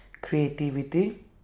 creativity